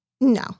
No